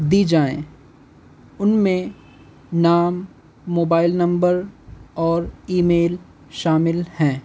دی جائیں ان میں نام موبائل نمبر اور ای میل شامل ہیں